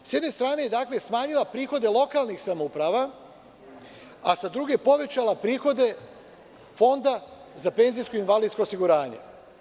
S jedne strane je smanjila prihode lokalnih samouprava, a s druge povećala prihode Fonda za penzijsko-invalidsko osiguranje.